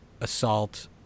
assault